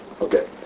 Okay